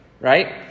right